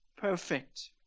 perfect